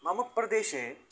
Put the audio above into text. मम प्रदेशे